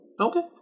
okay